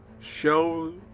show